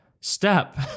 step